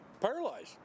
Paralyzed